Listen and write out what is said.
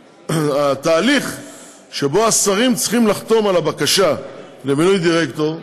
התהליך שבו השרים צריכים לחתום על הבקשה למינוי דירקטור,